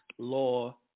Law